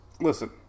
listen